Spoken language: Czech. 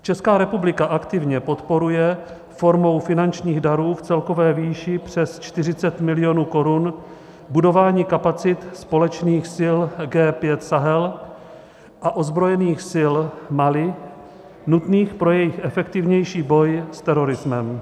Česká republika aktivně podporuje formou finančních darů v celkové výši přes 40 milionů korun budování kapacit společných sil G5 Sahel a ozbrojených sil Mali, nutných pro jejich efektivnější boj s terorismem.